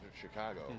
Chicago